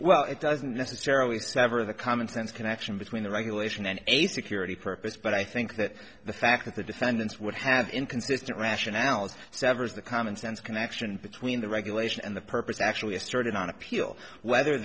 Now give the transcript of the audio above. well it doesn't necessarily sever the common sense connection between the regulation and a security purpose but i think that the fact that the defendants would have inconsistent rationales severs the commonsense connection between the regulation and the purpose actually asserted on appeal whether